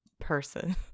person